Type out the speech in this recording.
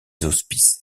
hospices